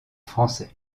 français